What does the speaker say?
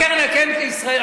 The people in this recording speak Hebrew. הקרן הקיימת לישראל,